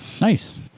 Nice